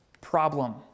problem